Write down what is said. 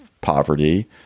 poverty